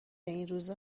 اینروزا